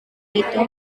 itu